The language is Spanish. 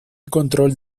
control